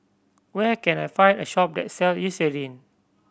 where can I find a shop that sell Eucerin